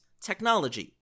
technology